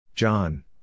John